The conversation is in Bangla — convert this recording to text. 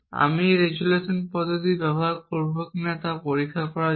আমি রেজোলিউশন পদ্ধতি ব্যবহার করব কিনা তা পরীক্ষা করার জন্য